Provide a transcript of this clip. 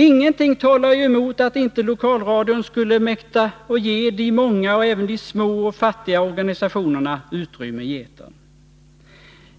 Ingenting talar emot att inte lokalradion skulle mäkta att ge de många och även de små och fattiga organisationerna utrymme i etern,